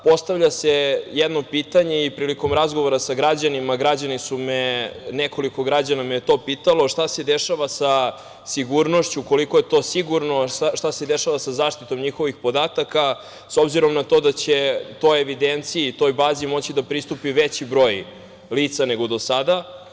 Postavlja se jedno pitanje i prilikom razgovora sa građanima građani su me, nekoliko građana me je to pitalo – šta se dešava sa sigurnošću, koliko je to sigurno, šta se dešava sa zaštitom njihovih podataka, s obzirom na to da će toj evidenciji, toj bazi moći da pristupi veći broj lica nego do sada?